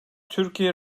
türkiye